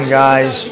guys